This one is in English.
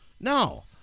No